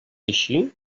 així